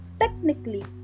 technically